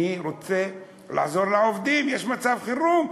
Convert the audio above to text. אני רוצה לעזור לעובדים, יש מצב חירום.